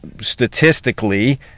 statistically